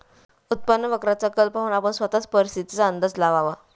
उत्पन्न वक्राचा कल पाहून आपण स्वतःच परिस्थितीचा अंदाज लावावा